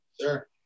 Sure